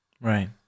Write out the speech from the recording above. Right